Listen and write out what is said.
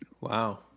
Wow